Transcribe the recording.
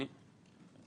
אני